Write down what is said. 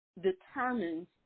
determines